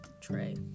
tray